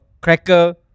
cracker